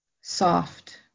Soft